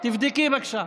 תבדקי, בבקשה.